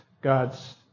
God's